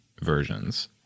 versions